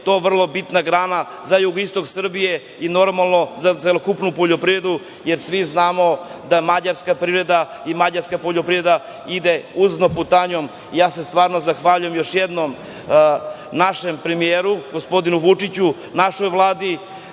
je to vrlo bitna grana za jugoistok Srbije i normalno za celokupnu poljoprivredu, jer svi znamo da mađarska privreda i mađarska poljoprivreda ide uzlaznom putanjom. Ja se stvarno zahvaljujem još jednom našem premijeru, gospodinu Vučiću, našoj Vladi,